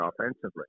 offensively